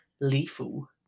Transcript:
lethal